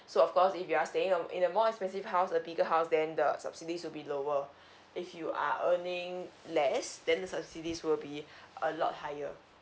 so of course if you are staying in the in the more expensive house a bigger house then the subsidies will be lower if you are earning less then the subsidies will be a lot higher